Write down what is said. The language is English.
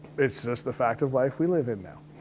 it's just the fact of life we live in now.